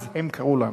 אז הם קראו לנו.